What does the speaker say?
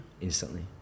instantly